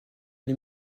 les